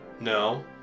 No